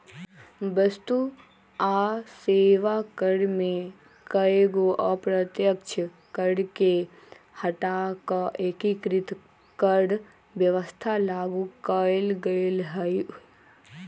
वस्तु आ सेवा कर में कयगो अप्रत्यक्ष कर के हटा कऽ एकीकृत कर व्यवस्था लागू कयल गेल हई